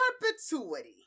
perpetuity